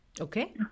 Okay